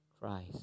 Christ